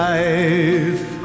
life